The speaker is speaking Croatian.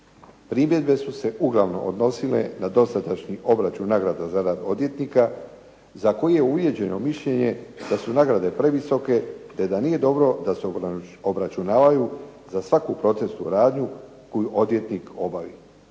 Primjedbe su se uglavnom odnosile na dosadašnji obračun nagrada za rad odvjetnika za koji je uvrijeđeno mišljenje da su nagrade previsoke, te da se obračunavaju za svaku procesnu radnju koju odvjetnik obavi.